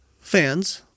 fans